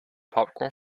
popcorn